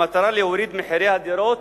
במטרה להוריד את מחירי הדירות